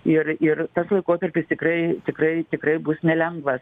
ir ir tas laikotarpis tikrai tikrai tikrai bus nelengvas